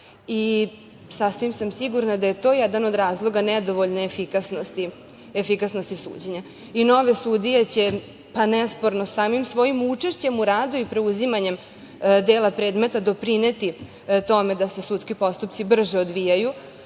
Sasvim sam sigurna da je to jedan od razloga, nedovoljne efikasnosti suđenja. I nove sudije će, pa nesporno, samim svojim učešćem u radu i preuzimanjem dela predmeta, doprineti tome da se sudski postupci brže odvijaju,